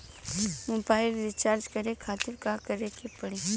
Mobile recharge करे खातिर का करे के पड़ी?